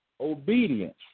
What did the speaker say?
obedience